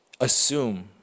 assume